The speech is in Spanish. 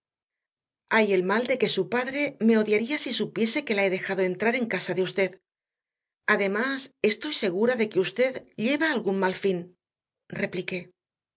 hay el mal de que su padre me odiaría si supiese que la he dejado entrar en casa de usted además estoy segura de que usted lleva algún mal fin repliqué